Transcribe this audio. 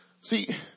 See